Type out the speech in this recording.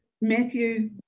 Matthew